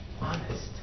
honest